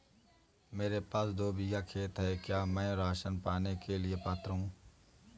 मेरे पास दो बीघा खेत है क्या मैं राशन पाने के लिए पात्र हूँ?